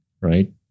right